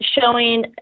showing